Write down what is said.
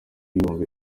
y’ibihumbi